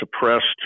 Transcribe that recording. suppressed